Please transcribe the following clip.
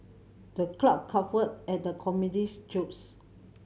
the crowd guffawed at the comedian's jokes